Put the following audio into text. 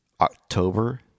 October